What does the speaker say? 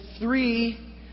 three